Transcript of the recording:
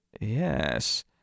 yes